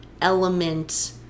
element